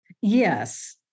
Yes